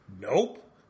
Nope